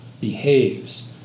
behaves